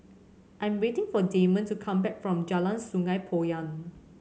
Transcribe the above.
I'm waiting for Damon to come back from Jalan Sungei Poyan